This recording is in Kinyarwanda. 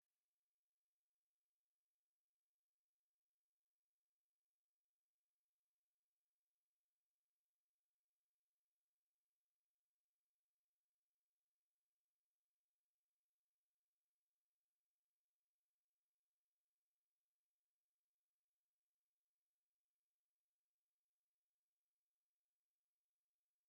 Kugira ngo abana biga mu mashuri y'inshuke bige neza, umwarimu wabo agomba kubagaragariza urukundo ndetse n'umurava. Bakwiye kandi kwitabwaho by'umwihariko bakagaburirwa indyo yuzuye, bagahabwa ibyo kunywa birimo amata, igikoma kandi bakwiye guhabwa n'imbuto z'amoko yose.